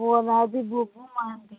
ପୁଅ ନାଁ ହେଉଛି ବୁବୁ ମହାନ୍ତି